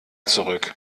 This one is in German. zurück